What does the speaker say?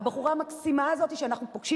הבחורה המקסימה הזאת שאנחנו פוגשים,